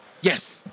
Yes